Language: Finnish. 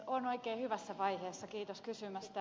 on oikein hyvässä vaiheessa kiitos kysymästä